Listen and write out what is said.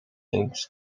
eens